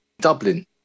dublin